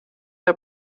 der